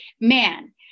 man